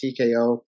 TKO